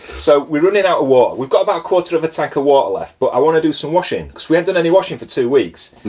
so we're running out a water, we've got about quarter of a tank of water left, but i want to do some washing because we haven't done any washing for two weeks.